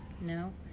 no